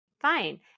fine